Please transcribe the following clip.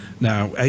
Now